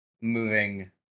moving